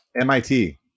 MIT